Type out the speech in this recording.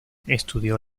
estudió